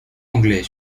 anglais